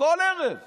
כל ערב אומר: